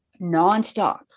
nonstop